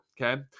okay